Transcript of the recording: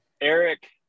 eric